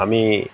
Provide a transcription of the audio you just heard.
আমি